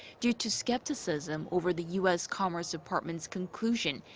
due to skepticism over the u s. commerce department's conclusion.